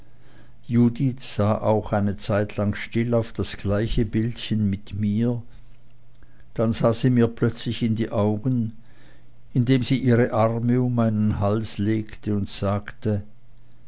judith sah auch eine zeitlang still auf das gleiche bildchen mit mir dann sah sie mir plötzlich dicht in die augen indem sie ihre arme um meinen hals legte und sagte